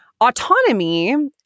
autonomy